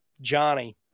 Johnny